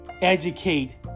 Educate